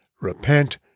Repent